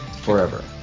forever